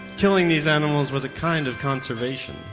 killing these animals was a kind of conservation.